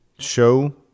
Show